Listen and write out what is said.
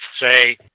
say